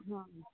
ಹಾಂ